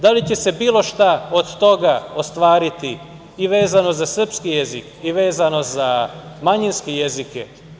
Da li će se bilo šta od toga ostvariti i vezano za srpski jezik i vezano za manjinske jezike?